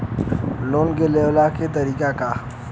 Loan के लेवे क तरीका का ह?